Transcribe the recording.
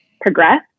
progress